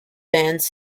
bands